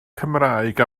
cymraeg